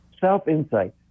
self-insight